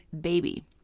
baby